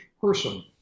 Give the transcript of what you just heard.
person